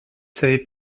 savez